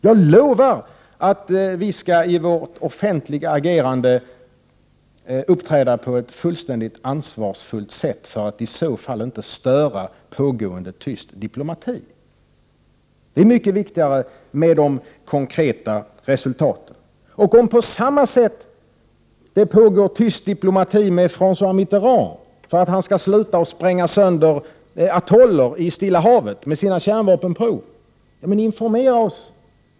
Jag lovar att vi i vårt offentliga agerande skall uppträda på ett fullständigt ansvarsfullt sätt för att i så fall inte störa pågående tyst diplomati. Det är mycket viktigare med de konkreta resultaten. Om det på samma sätt pågår tyst diplomati med Frangois Mitterrand för att han skall sluta att med sina kärnvapenprov spränga sönder atoller i Stilla havet, så informera oss!